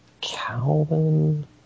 calvin